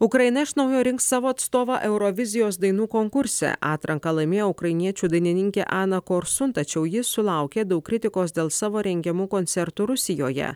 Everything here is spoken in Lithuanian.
ukraina iš naujo rinks savo atstovą eurovizijos dainų konkurse atranką laimėjo ukrainiečių dainininkė ana kursun tačiau ji sulaukė daug kritikos dėl savo rengiamų koncertų rusijoje